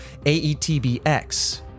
AETBX